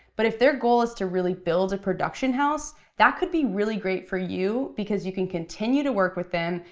but if their goal is to really build a production house, that could be really great for you, because you can continue to work with them.